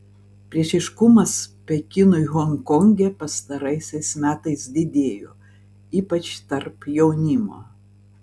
priešiškumas pekinui honkonge pastaraisiais metais didėjo ypač tarp jaunimo